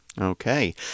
Okay